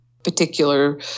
particular